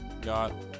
got